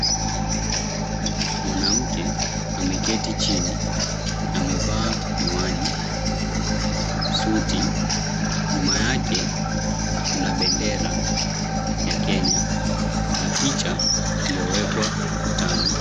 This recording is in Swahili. Mwanamke ameketi chini amevaa miwani, suti, nyuma yake kuna bendera ya Kenya na picha iliyowekwa ukutani.